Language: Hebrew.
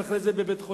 ואחרי זה בבית-חולים.